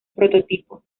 prototipo